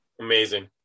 Amazing